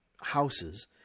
houses